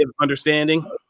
understanding